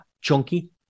chunky